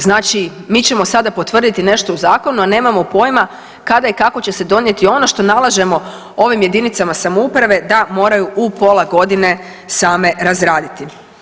Znači, mi ćemo sada potvrditi nešto u Zakonu, a nemamo pojma kada i kako će se donijeti ono što nalažemo ovim Jedinicama samouprave da moraju u pola godine same razraditi.